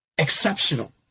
exceptional